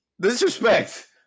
Disrespect